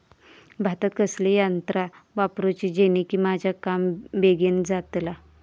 भातात कसली यांत्रा वापरुची जेनेकी माझा काम बेगीन जातला?